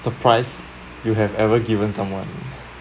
surprise you have ever given someone